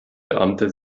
beamte